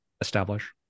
establish